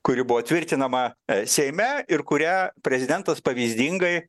kuri buvo tvirtinama seime ir kurią prezidentas pavyzdingai